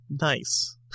nice